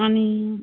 अनि